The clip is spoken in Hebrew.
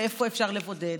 ואיפה אפשר לבודד.